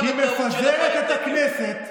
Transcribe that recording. היא מפזרת את הכנסת,